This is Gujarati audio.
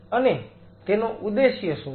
અને તેનો ઉદ્દેશ્ય શું છે